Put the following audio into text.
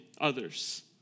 others